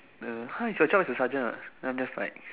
then they !huh! it's your job as a sergeant [what] then I'm just like